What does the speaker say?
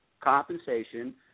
compensation